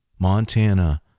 Montana